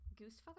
Goosefeather